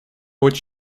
would